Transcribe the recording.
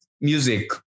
music